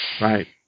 Right